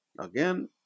Again